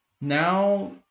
now